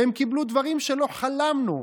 והם קיבלו דברים שלא חלמנו.